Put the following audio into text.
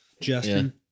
Justin